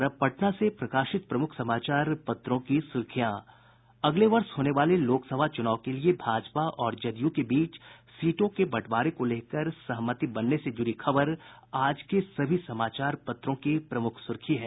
और अब पटना से प्रकाशित समाचार पत्रों की सुर्खियां अगले वर्ष होने वाले लोकसभा चुनाव के लिए भाजपा और जदयू के बीच सीटों के बंटवारे को लेकर सहमति बनने से जुड़ी खबर आज के सभी समाचार पत्रों की प्रमुख सुर्खी है